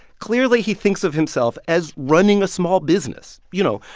clearly, he thinks of himself as running a small business. you know,